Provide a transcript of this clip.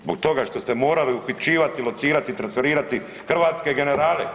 Zbog toga što ste morali uključivati, locirati, transferirati hrvatske generale.